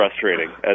frustrating